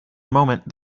moment